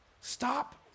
Stop